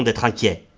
and cochet!